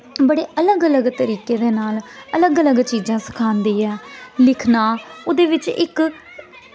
बड़े अलग अलग तरीके दे नाल अलग अलग चीजां सखांदी ऐ लिखना ओह्दे बिच्च इक